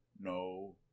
no